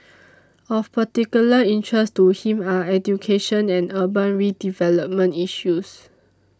of particular interest to him are education and urban redevelopment issues